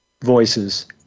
voices